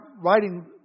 writing